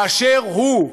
באשר הוא,